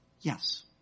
Yes